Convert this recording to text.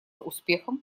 успехом